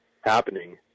happening